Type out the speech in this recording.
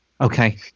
Okay